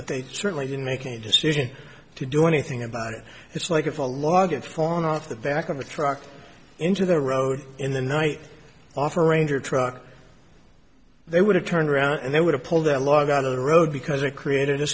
but they certainly didn't make a decision to do anything about it it's like if a log of foreign off the back of a truck into the road in the night off or ranger truck they would have turned around and they would have pulled that log out of the road because it created a